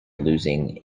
losing